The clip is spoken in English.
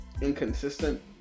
inconsistent